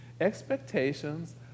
expectations